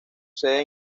sede